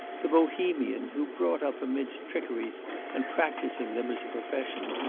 the bohemian who, brought up amidst trickeries and practising them as a profession,